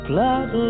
Blood